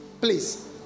Please